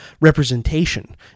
representation